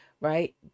right